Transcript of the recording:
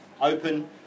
open